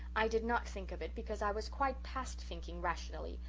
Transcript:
i did not think of it because i was quite past thinking rationally.